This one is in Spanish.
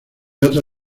otra